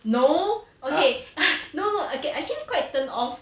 no okay no no okay actually quite turn off